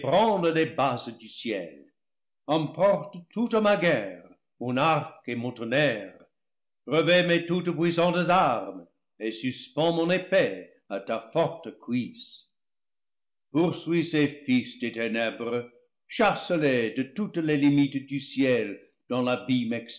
les bases du ciel emporte toute ma guerre mon arc et mon tonnerre revêts mes toutes puissantes armes et suspends mon épée à ta forte cuisse poursuis ces fils den chassez les de toutes les limites du ciel dans l'abîme